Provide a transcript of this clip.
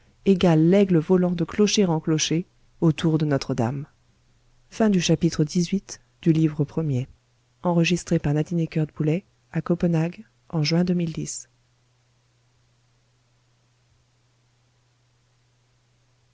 égale l'aigle volant de clocher en clocher aux tours de notre-dame